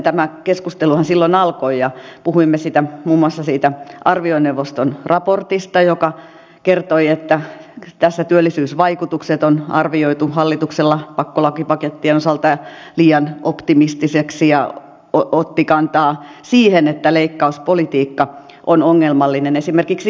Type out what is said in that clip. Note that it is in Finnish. tämä keskusteluhan silloin alkoi ja puhuimme muun muassa siitä arvioneuvoston raportista joka kertoi että työllisyysvaikutukset on arvioitu hallituksessa pakkolakipakettien osalta liian optimistisiksi ja otti kantaa siihen että leikkauspolitiikka on ongelmallista esimerkiksi kasvun kannalta